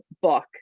book